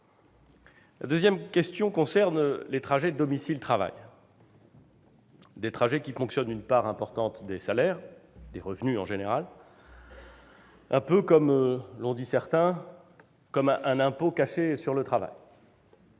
La deuxième question concerne les trajets domicile-travail. Des trajets qui ponctionnent une part importante des salaires, des revenus en général, un peu, certains l'ont dit, comme un impôt caché sur le travail.